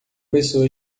pessoa